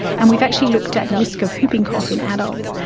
and we've actually looked at the risk of whooping cough in adults.